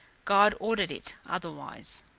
god ordered it otherwise.